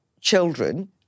children